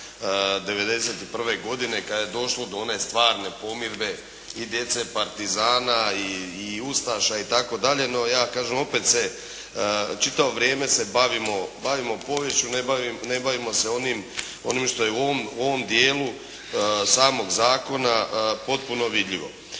91. godine kada je došlo do one stvarne pomirbe i djece partizana i ustaša itd.. No ja kažem, opet se čitavo vrijeme se bavimo poviješću ne bavimo se onim, onim što je u ovom dijelu samog zakona potpuno vidljivo.